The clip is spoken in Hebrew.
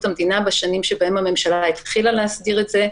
המדינה בשנים שבהן הממשלה התחילה להסדיר את זה.